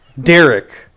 Derek